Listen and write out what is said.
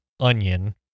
Onion